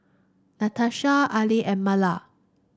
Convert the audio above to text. Natasha Carli and Marla